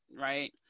right